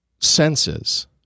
senses